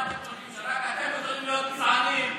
מה אתם חושבים, שרק אתם יכולים להיות גזענים?